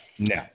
No